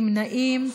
נמנעים.